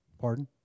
Pardon